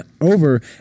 over